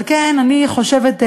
על כן אני חושבת,